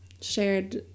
shared